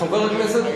חבר הכנסת,